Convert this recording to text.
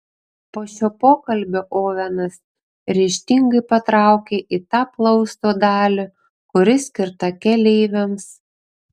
po šio pokalbio ovenas ryžtingai patraukė į tą plausto dalį kuri skirta keleiviams